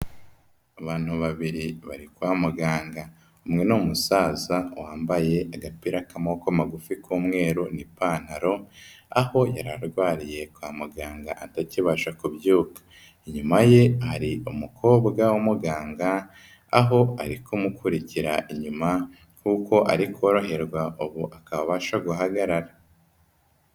Abantu babiri bari kwa muganga. Umwe ni umusaza wambaye agapira k'amaboko magufi k'umweru n'ipantaro, aho yari arwariye kwa muganga atakibasha kubyuka. Inyuma ye hari umukobwa w'umuganga aho ari kumukurikira inyuma kuko ari koroherwa ubu akaba abasha guhagarara.